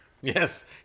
Yes